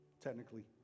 technically